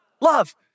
Love